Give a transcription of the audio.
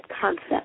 concept